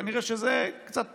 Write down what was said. כנראה שזה, קצת פחות.